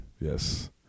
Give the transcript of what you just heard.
Yes